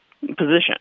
position